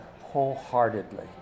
wholeheartedly